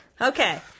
Okay